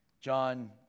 John